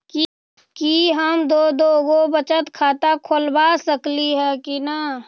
कि हम दो दो गो बचत खाता खोलबा सकली ह की न?